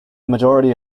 majority